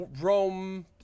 Rome